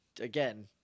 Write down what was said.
Again